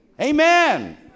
Amen